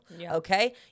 okay